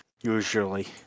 usually